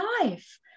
life